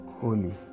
holy